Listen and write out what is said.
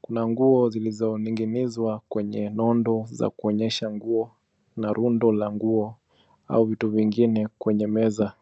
Kuna nguo zilizoning'inizwa kwenye nondo za kuonyesha nguo, na rundo la nguo au vitu vingine kwenye meza.